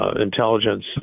intelligence